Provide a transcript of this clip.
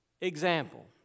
example